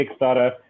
Kickstarter